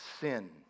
sin